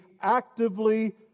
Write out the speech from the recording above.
actively